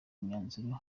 imyanzuro